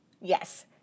Yes